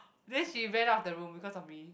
then she went out the room because of me